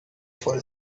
for